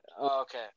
okay